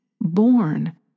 born